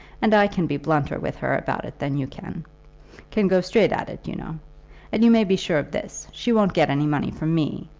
and i can be blunter with her about it than you can can go straight at it, you know and you may be sure of this, she won't get any money from me,